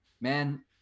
man